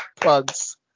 Plugs